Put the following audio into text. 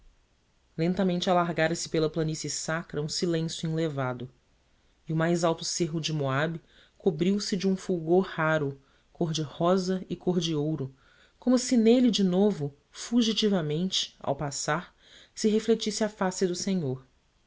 combater lentamente alargara se pela planície sacra um silêncio enlevado e o mais alto cerro de moabe cobriu-se de um fulgor raro cor-de-rosa e cor de ouro como se nele de novo fugitivamente ao passar se refletisse a face do senhor